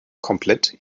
komplett